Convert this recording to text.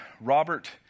Robert